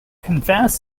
confess